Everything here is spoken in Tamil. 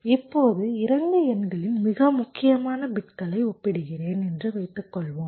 இப்போது 2 எண்களின் மிக முக்கியமான பிட்களை ஒப்பிடுகிறேன் என்று வைத்துக்கொள்வோம்